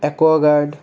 Aquaguard